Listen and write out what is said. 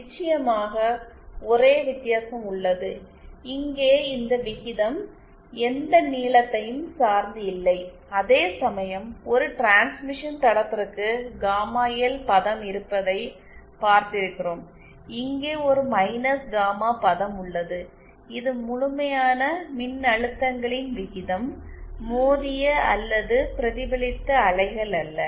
நிச்சயமாக ஒரே வித்தியாசம் உள்ளது இங்கே இந்த விகிதம் எந்த நீளத்தையும் சார்ந்து இல்லை அதேசமயம் ஒரு டிரான்ஸ்மிஷன் தடத்திற்கு காமா எல் பதம் இருப்பதை பார்த்திருக்கிறோம் இங்கே ஒரு மைனஸ் காமா பதம் உள்ளது இது முழுமையான மின்னழுத்தங்களின் விகிதம் மோதிய அல்லது பிரதிபலித்த அலைகள் அல்ல